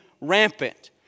rampant